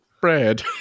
bread